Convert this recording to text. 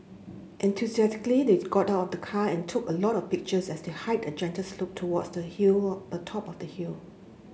enthusiastically they've got out the car and took a lot of pictures as they hiked up a gentle slope towards the hill of a top of the hill